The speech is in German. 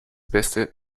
beste